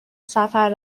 سفر